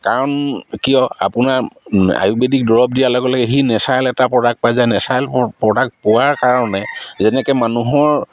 কাৰণ কিয় আপোনাৰ আয়ুৰ্বেদিক দৰৱ দিয়াৰ লগে লগে সি নেচাৰেল এটা প্ৰডাক্ট পাই যায় নেচাৰেল প্ৰডাক্ট পোৱাৰ কাৰণে যেনেকে মানুহৰ